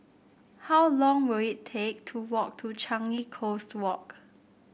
how long will it take to walk to Changi Coast Walk